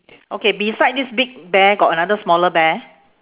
okay beside this big bear got another smaller bear